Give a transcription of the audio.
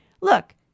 look